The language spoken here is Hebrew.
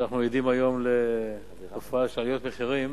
אנחנו עדים היום לתופעה של עליות מחירים,